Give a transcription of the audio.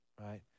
right